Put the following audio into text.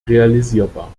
realisierbar